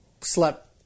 slept